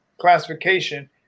classification